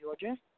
Georgia